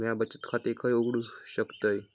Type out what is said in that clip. म्या बचत खाते खय उघडू शकतय?